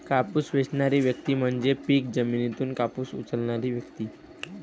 कापूस वेचणारी व्यक्ती म्हणजे पीक जमिनीतून कापूस उचलणारी व्यक्ती